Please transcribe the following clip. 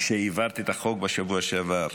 שהעברת את החוק בשבוע שעבר,